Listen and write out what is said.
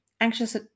Anxious